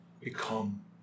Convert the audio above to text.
become